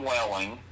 Welling